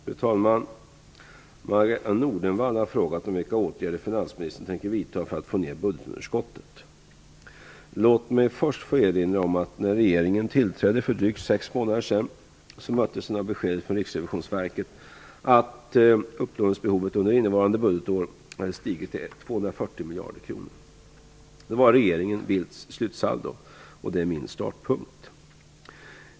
Fru talman! Margareta E Nordenvall har frågat om vilka åtgärder finansministern tänker vidta för att få ned budgetunderskottet. Låt mig först få erinra om att när regeringen tillträdde för drygt sex månader sedan så möttes den av beskedet från Riksrevisionsverket att upplåningsbehovet under innevarande budgetår hade stigit till 240 miljarder kronor. Det var regeringen Bildts slutsaldo, och det är min startpunkt.